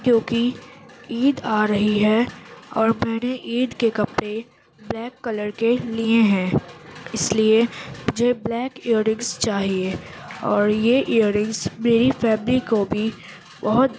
کیوںکہ عید آ رہی ہے اور میں نے عید کے کپڑے بلیک کلر کے لیے ہیں اس لیے مجھے بلیک ایئر رنگس چاہیے اور یہ ایئر رنگس میری فیملی کو بھی بہت